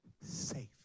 safe